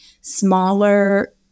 smaller